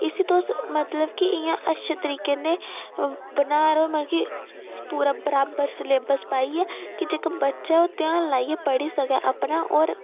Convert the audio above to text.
इसी तुस मतलब की इं'या अच्छे तरीके कन्नै बना करो ना के पूरा बराबर सलेबस पाइयै कि जेह्का बच्चा ध्यान लाइयै पढ़ी सकै अपना होर